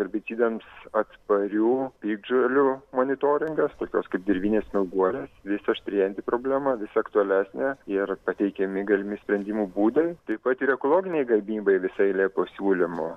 herbicidams atsparių piktžolių monitoringas tokios kaip dirvinės smilguolės vis aštrėjanti problema vis aktualesnė ir pateikiami galimi sprendimo būdai taip pat ir ekologinei gamybai visa eilė pasiūlymų